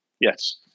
yes